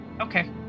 Okay